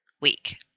week